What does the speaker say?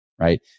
right